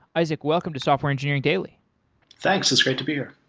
isaac welcome to software engineering daily thanks. it's great to be here.